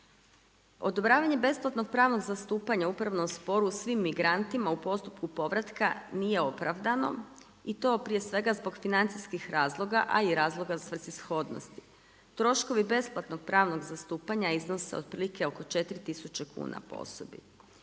Odobravanje besplatnog pravnog zastupanja u upravnom sporu, svim migrantima u postupku povratka, nije opravdano, i to prije svega zbog financijskih razloga a i razloga svrsishodnosti. Troškovi besplatnog pravnog zastupanja iznose otprilike oko 4000 kuna po osobi.